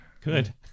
good